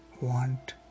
want